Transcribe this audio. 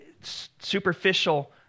superficial